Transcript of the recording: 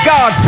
God